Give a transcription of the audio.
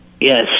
Yes